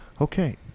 Okay